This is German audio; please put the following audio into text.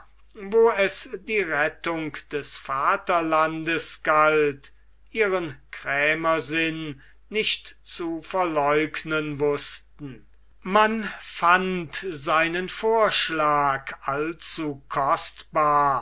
wo es die rettung des vaterlandes galt ihren krämersinn nicht zu verleugnen wußten man fand seinen vorschlag allzu kostbar